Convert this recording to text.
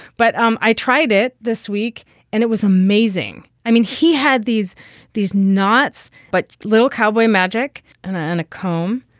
but um i tried it this week and it was amazing. i mean, he had these these knots, but little cowboy magic and ah and a comb.